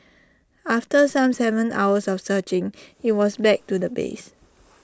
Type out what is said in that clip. after some Seven hours of searching IT was back to the base